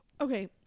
okay